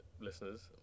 Listeners